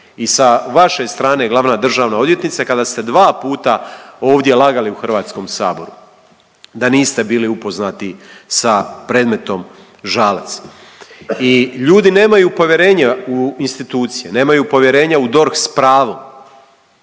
i sa vaše strane glavna državna odvjetnice kada ste dva puta ovdje lagali u Hrvatskom saboru da niste bili upoznati sa predmetom Žalac. I ljudi nemaju povjerenje u institucije, nemaju povjerenje u DORH sa pravom